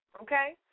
okay